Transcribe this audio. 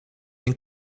den